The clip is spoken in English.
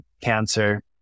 cancer